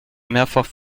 mehrfach